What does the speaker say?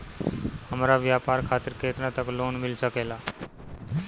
हमरा व्यापार खातिर केतना तक लोन मिल सकेला?